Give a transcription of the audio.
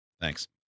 thanks